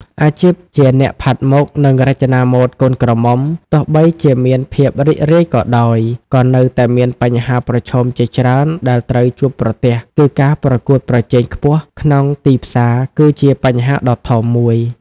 អាជីពជាអ្នកផាត់មុខ និងរចនាម៉ូដកូនក្រមុំ ទោះបីជាមានភាពរីករាយក៏ដោយ ក៏នៅតែមានបញ្ហាប្រឈមជាច្រើនដែលត្រូវជួបប្រទះគឺការប្រកួតប្រជែងខ្ពស់ក្នុងទីផ្សារគឺជាបញ្ហាដ៏ធំមួយ។